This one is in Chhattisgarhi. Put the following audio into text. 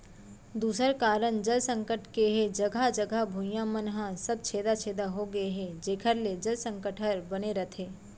दूसर कारन जल संकट के हे जघा जघा भुइयां मन ह सब छेदा छेदा हो गए हे जेकर ले जल संकट हर बने रथे